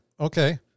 okay